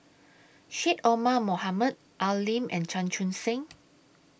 Syed Omar Mohamed Al Lim and Chan Chun Sing